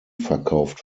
verkauft